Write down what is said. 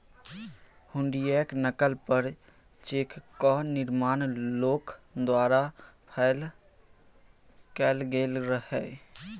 हुंडीयेक नकल पर चेकक निर्माण लोक द्वारा कैल गेल रहय